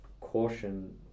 caution